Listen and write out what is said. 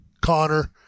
Connor